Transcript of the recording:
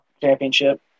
championship